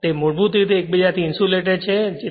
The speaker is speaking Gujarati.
તે મૂળભૂત રીતે એકબીજાથી ઇન્સુલેટેડછે